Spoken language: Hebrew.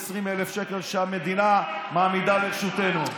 יש לנו 320,000 שקל שהמדינה מעמידה לרשותנו.